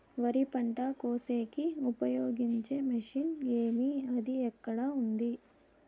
వరి పంట కోసేకి ఉపయోగించే మిషన్ ఏమి అది ఎక్కడ ఉంది?